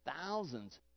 thousands